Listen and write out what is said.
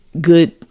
good